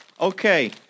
Okay